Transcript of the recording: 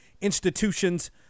institutions